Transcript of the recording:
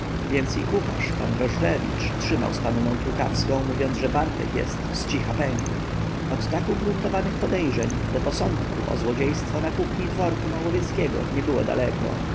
więc i kucharz pan drożdżewicz trzymał z panną trukawską mówiąc że bartek jest z cicha pęk od tak ugruntowanych podejrzeń do posądku o złodziejstwo na kuchni dworku małowieskiego nie było daleko